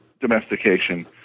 domestication